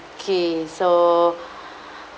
okay so